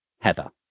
Heather